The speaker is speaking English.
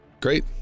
Great